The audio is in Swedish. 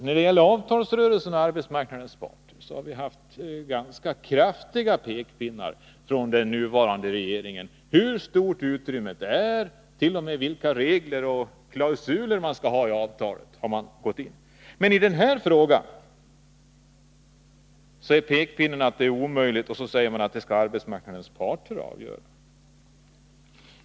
När det gäller avtalsrörelsen har arbetsmarknadens parter fått ganska kraftiga pekpinnar om hur stort utrymmet är, och t.o.m. vilka regler och klausuler man skall ha i avtalet har regeringen gått in och talat om. Men i den här frågan är pekpinnen: det är omöjligt. Och så säger man att det skall arbetsmarknadens parter avgöra.